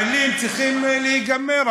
המילים צריכות להיגמר,